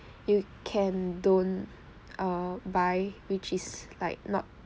you can don't err buy which is like not